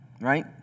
right